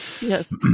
Yes